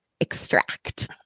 extract